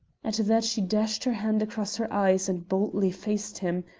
at that she dashed her hand across her eyes and boldly faced him,